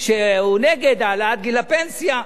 שהוא נגד העלאת גיל הפנסיה.